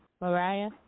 Mariah